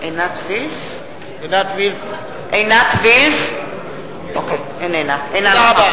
עינת וילף, אינה נוכחת תודה רבה.